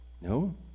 No